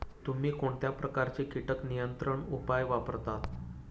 तुम्ही कोणत्या प्रकारचे कीटक नियंत्रण उपाय वापरता?